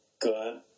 good